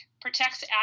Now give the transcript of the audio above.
protects